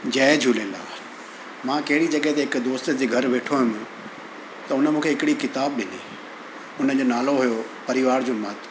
जय झूलेलाल मां कहिड़ी जॻह ते हिक दोस्त जे घरु वेठो हुयुमि त उन मूंखे हिकिड़ी किताब ॾिनी उन जो नालो हुयो परिवार जो महत्व